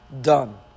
done